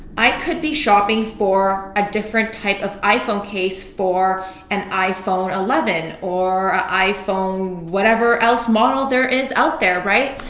i can be shopping for a different type of iphone case for an iphone eleven or an iphone whatever else model there is out there, right?